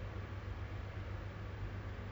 more chill more cool like